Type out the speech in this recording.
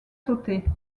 sauté